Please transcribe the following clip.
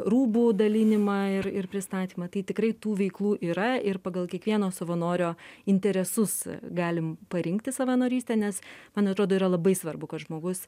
rūbų dalinimą ir ir pristatymą tai tikrai tų veiklų yra ir pagal kiekvieno savanorio interesus galim parinkti savanorystę nes man atrodo yra labai svarbu kad žmogus